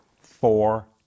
four